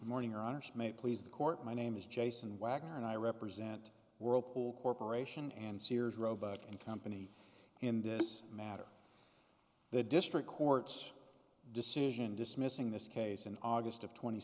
morning or honors may please the court my name is jason wagner and i represent whirlpool corporation and sears roebuck and company in this matter the district court's decision dismissing this case in august of twenty